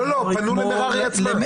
לא, פנו למררי עצמה.